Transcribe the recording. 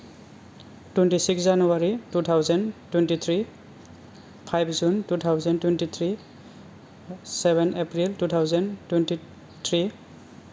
twenty-six January two thousand twenty three five June two thousand twenty three seven April two thousand टुइनथिट्रि